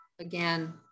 again